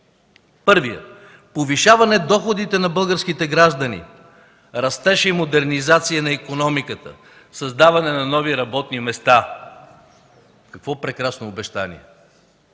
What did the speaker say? Първо, повишаване доходите на българските граждани, растеж и модернизация на икономиката, създаване на нови работни места. Какво прекрасно обещание!